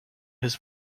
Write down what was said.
his